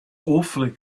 awfully